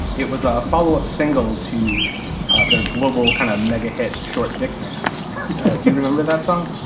it was a followup single to their global kind of mega hit, short dick man do you remember that song?